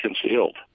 concealed